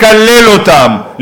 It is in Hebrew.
לקלל אותם,